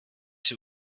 jsi